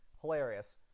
hilarious